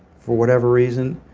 for whatever reason.